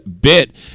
Bit